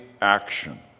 action